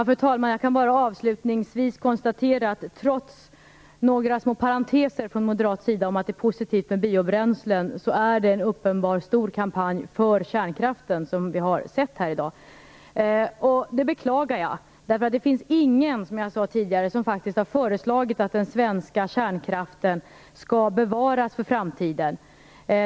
Fru talman! Jag kan bara avslutningsvis konstatera, att trots några små parenteser från moderat sida om att det är positivt med biobränslen, är det en uppenbar, stor kampanj för kärnkraften som vi har sett här i dag. Jag beklagar det. Det finns ingen, som jag sade tidigare, som har föreslagit att den svenska kärnkraften skall bevaras för framtiden.